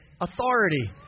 authority